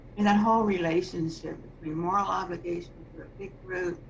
and that whole relationship between moral obligation to a big group,